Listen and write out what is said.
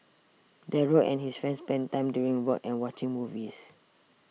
Daryl and his friends spent time doing work and watching movies